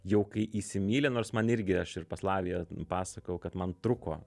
jau kai įsimyli nors man irgi aš ir pas laviją pasakojau kad man truko